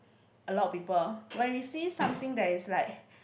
a lot people when we see something that is like